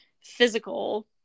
physical